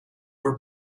were